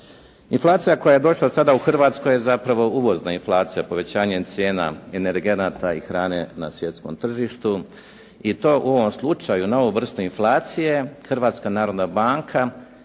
Inflacija koja je došla sada u Hrvatskoj je zapravo uvozna inflacija povećanjem cijena energenata i hrane na svjetskom tržištu i to u ovom slučaju na ovu vrstu inflacije Hrvatska narodna banka